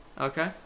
Okay